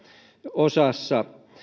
osassa